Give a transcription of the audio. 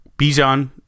Bijan